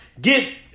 Get